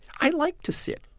i like to sit.